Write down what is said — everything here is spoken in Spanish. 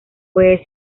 puede